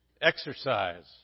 Exercise